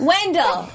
Wendell